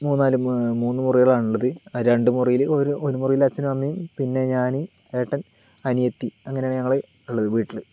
മൂന്നാല് മൂന്നു മുറികളാണുള്ളത് ആ രണ്ടുമുറിയിൽ ഒരു മുറിയിൽ അച്ഛനും അമ്മയും പിന്നെ ഞാൻ ഏട്ടന് അനിയത്തി അങ്ങനെയാണ് ഞങ്ങള് ഉള്ളത് വീട്ടിൽ